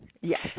Yes